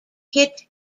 hit